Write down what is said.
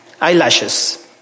Eyelashes